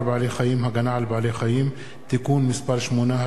בעלי חיים (הגנה על בעלי חיים) (תיקון מס' 8),